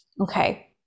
okay